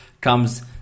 Comes